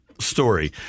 story